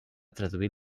traduir